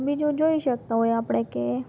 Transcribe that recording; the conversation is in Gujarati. બીજું જોઈ શકતા હોય આપણે કે